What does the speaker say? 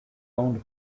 owned